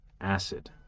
acid